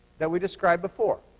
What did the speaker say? that we described before.